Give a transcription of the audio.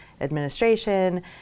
administration